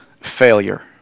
failure